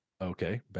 Okay